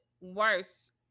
worse